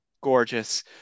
gorgeous